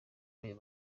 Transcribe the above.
ayo